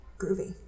Groovy